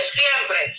siempre